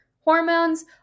hormones